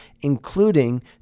including